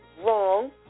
Wrong